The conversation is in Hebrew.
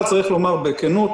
אבל צריך לומר בכנות